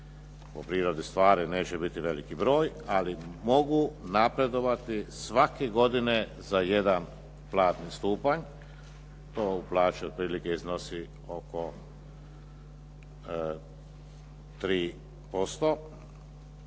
po prirodi stvari neće biti veliki broj, ali mogu napredovati svake godine za jedan platni stupanj, to u plaći otprilike iznosi oko 3%,